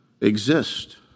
exist